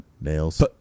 Nails